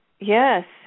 Yes